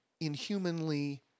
inhumanly